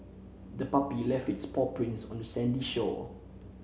the puppy left its paw prints on the sandy shore